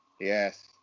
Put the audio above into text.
Yes